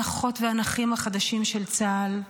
לא הנכות והנכים החדשים של צה"ל,